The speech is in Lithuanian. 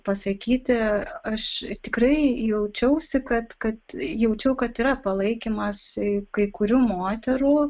pasakyti aš tikrai jaučiausi kad kad jaučiau kad yra palaikymas kai kurių moterų